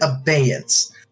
abeyance